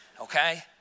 Okay